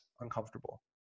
uncomfortable